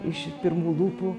iš pirmų lūpų